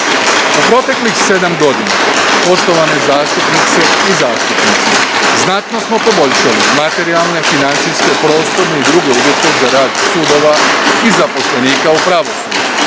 U proteklih sedam godina, poštovane zastupnice i zastupnici, znatno smo poboljšali materijalne, financijske, prostorne i druge uvjete za rad sudova i zaposlenika u pravosuđu.